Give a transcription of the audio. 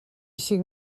cinc